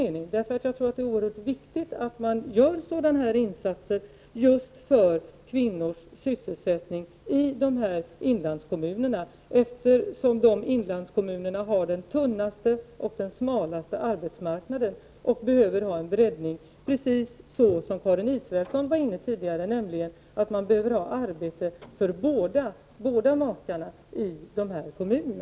Jag tror att det är oerhört viktigt att man gör sådana här satsningar för kvinnors sysselsättning i inlandskommunerna. Inlandskommunerna har ju den tunnaste och smalaste arbetsmarknaden och behöver en sådan breddning som Karin Israelsson tidigare var inne på, nämligen en som ger arbete åt båda makarna i familjen.